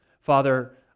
Father